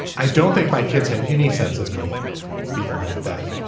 i don't think my kids had any sense of me being like that.